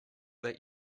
that